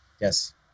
Yes